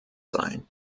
sein